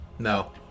No